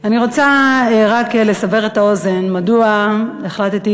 אני רוצה רק לסבר את האוזן מדוע החלטתי